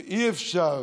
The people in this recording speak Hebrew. ואי-אפשר